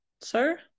sir